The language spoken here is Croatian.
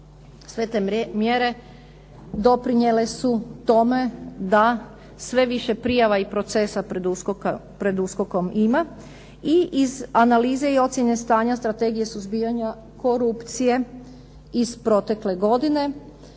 sve te mjere doprinijele su tome da sve više prijava i procesa pred USKOK-om ima. I iz analize i ocjene stanja Strategije suzbijanja korupcije iz protekle godine